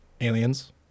Aliens